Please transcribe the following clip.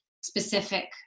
specific